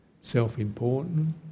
self-important